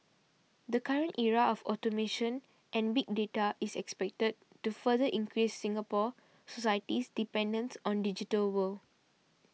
the current era of automation and big data is expected to further increase Singapore society's dependence on digital world